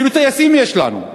אפילו טייסים יש לנו,